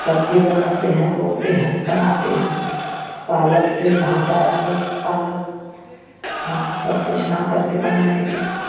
सब्जी बनाते हैं बोते है बनाते हैं पालक से भाँटा आलू पालक हाँ सब कुछ ना करके बनाएं कि